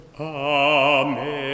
Amen